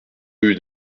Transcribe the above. rue